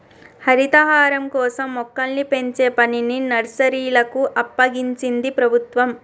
హరితహారం కోసం మొక్కల్ని పెంచే పనిని నర్సరీలకు అప్పగించింది ప్రభుత్వం